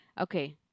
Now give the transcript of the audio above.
Okay